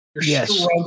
Yes